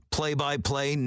Play-by-play